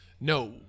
No